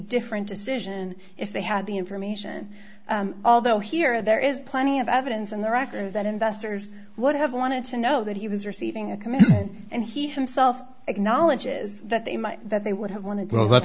different decision if they had the information although here there is plenty of evidence on the record that investors would have wanted to know that he was receiving a commission and he himself acknowledges that they might that they would have wanted to